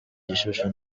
gishushu